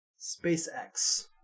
SpaceX